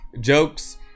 jokes